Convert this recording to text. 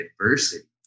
adversity